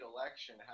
election